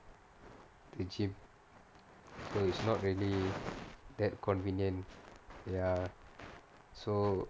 the gym so it's not really that convenient ya